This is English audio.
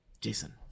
Jason